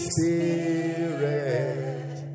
Spirit